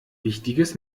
wichtiges